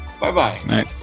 Bye-bye